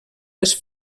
les